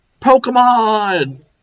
Pokemon